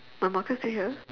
my marker is still here